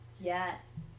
Yes